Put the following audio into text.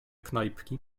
knajpki